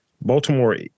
Baltimore